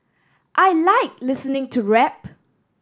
I like listening to rap